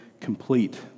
complete